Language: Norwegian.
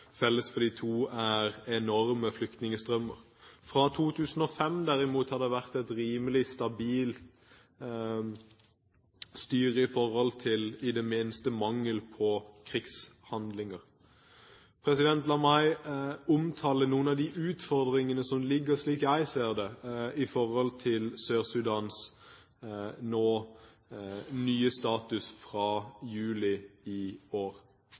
felles for de to er enorme flyktningstrømmer. Fra 2005, derimot, har det vært et rimelig stabilt styre; i det minste har det vært mangel på krigshandlinger. La meg omtale noen av de utfordringene som, slik jeg ser det, ligger der i forhold til Sør-Sudans nye status fra juli i år.